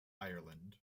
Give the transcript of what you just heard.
ireland